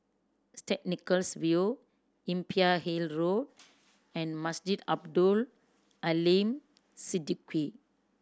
Saint Nicholas View Imbiah Hill Road and Masjid Abdul Aleem Siddique